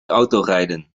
autorijden